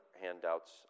handouts